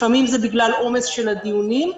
לפעמים זה בגלל עומס של הדיונים,